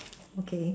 okay